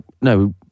No